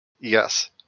yes